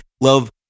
love